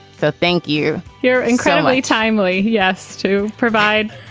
so thank you. you're incredibly timely yes to provide,